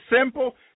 simple